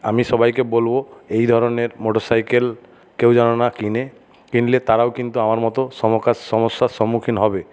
আমি সবাইকে বলবো এই ধরনের মোটর সাইকেল কেউ যেন না কিনে কিনলে তারাও কিন্তু আমার মত সমস্যার সম্মুখীন হবে